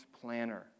planner